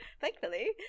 Thankfully